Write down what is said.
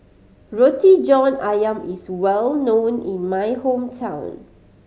Roti John Ayam is well known in my hometown